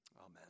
Amen